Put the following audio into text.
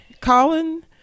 Colin